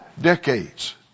decades